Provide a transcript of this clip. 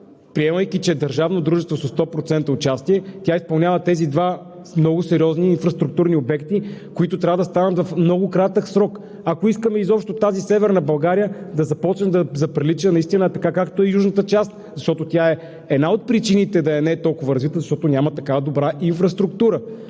дружество със 100% участие, изпълнява тези два много сериозни инфраструктурни обекта, които трябва да станат в много кратък срок, ако искаме изобщо Северна България да заприлича наистина както е южната част. Защото една от причините да не е толкова развита е, защото няма добра инфраструктура.